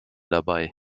dabei